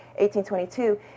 1822